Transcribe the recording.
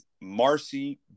Marcy